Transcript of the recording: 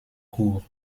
cour